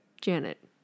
Janet